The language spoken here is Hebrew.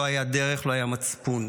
לא הייתה דרך, לא היה מצפון,